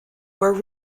were